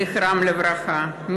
זכרם לברכה,